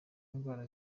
indwara